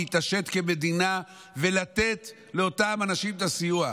להתעשת כמדינה ולתת לאותם אנשים את הסיוע.